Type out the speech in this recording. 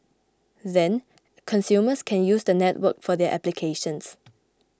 then consumers can use the network for their applications